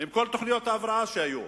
עם כל תוכניות ההבראה שהיו,